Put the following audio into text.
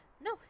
No